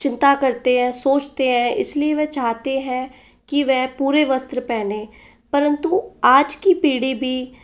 चिंता करते हैं सोचते हैं इसलिए वह चाहते हैं कि वह पूरे वस्त्र पहने परंतु आज की पीढ़ी भी